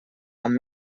amb